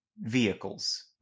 vehicles